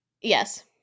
Yes